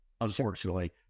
unfortunately